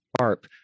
ARP